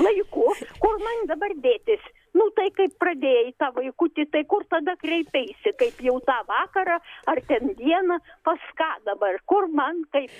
laiku kur man dabar dėtis nu tai kaip pradėjai tą vaikutį tai kur tada kreipeisi kaip jau tą vakarą ar ten dieną pas ką dabar kur man taip